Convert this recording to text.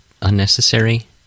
Unnecessary